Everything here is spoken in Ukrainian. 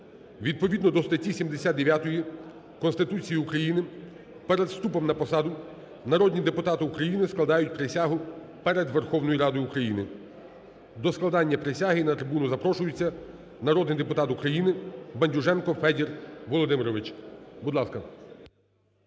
Відповідно до статті 79 Конституції України перед вступом на посаду народні депутати України складають присягу перед Верховною Радою України. До складання присяги на трибуну запрошується народний депутата України Бендюженко Федір Володимирович. Будь ласка.